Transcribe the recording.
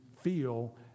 feel